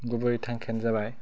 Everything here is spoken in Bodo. गुबै थांखिआनो जाबाय